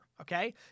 Okay